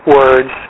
words